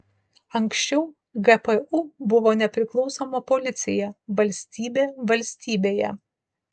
anksčiau gpu buvo nepriklausoma policija valstybė valstybėje